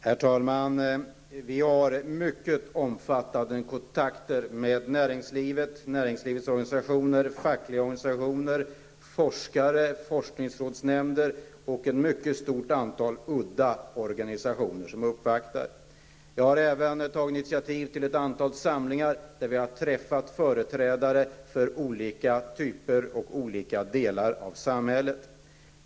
Herr talman! Vi har mycket omfattande kontakter med näringslivet, näringslivets organisationer, fackliga organisationer, forskare, forskningsrådsnämnder och ett mycket stort antal udda organisationer, som uppvaktar oss. Jag har även tagit initiativ till ett antal samlingar, där vi har träffat företrädare för olika delar av samhället.